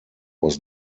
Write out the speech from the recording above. was